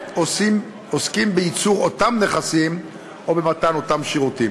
עוסקים בייצור אותם נכסים או במתן אותם שירותים.